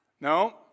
No